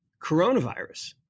coronavirus –